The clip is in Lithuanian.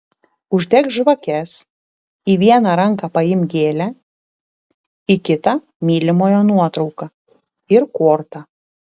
uždek žvakes į vieną ranką paimk gėlę į kitą mylimojo nuotrauką ir kortą